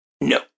No